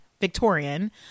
Victorian